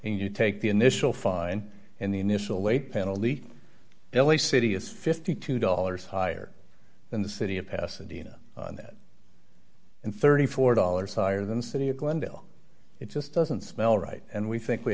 and you take the initial fine in the initial way panel lete l a city is fifty two dollars higher than the city of pasadena and that and thirty four dollars higher than the city of glendale it just doesn't smell right and we think we